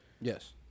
Yes